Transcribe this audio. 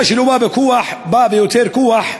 מה שלא בא בכוח בא ביותר כוח.